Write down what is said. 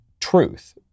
truth